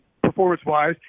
performance-wise